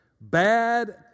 Bad